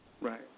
Right